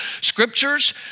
scriptures